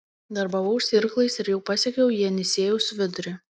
darbavausi irklais ir jau pasiekiau jenisiejaus vidurį